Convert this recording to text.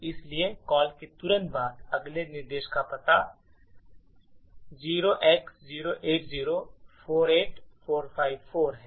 इसलिए कॉल के तुरंत बाद अगले निर्देश का पता 0x08048454 है